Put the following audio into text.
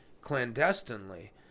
clandestinely